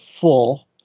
full